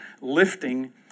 lifting